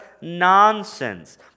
nonsense